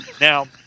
now